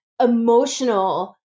emotional